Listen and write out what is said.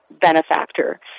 benefactor